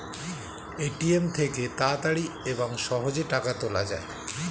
ATM থেকে তাড়াতাড়ি এবং সহজে টাকা তোলা যায়